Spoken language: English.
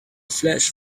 flash